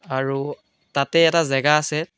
আৰু তাতে এটা জেগা আছে